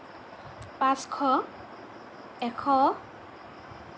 পাঁচশ এশ